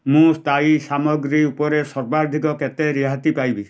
ମୁଁ ସ୍ଥାୟୀ ସାମଗ୍ରୀ ଉପରେ ସର୍ବାଧିକ କେତେ ରିହାତି ପାଇବି